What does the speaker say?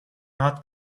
not